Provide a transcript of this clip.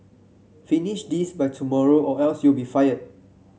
finish this by tomorrow or else you'll be fired